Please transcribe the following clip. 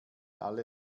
alle